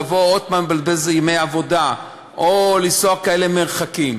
לבוא עוד הפעם ולבזבז ימי עבודה או לנסוע כאלה מרחקים,